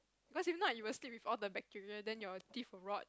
because if not you'll sleep with all the bacteria then your teeth will rot